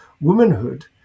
womanhood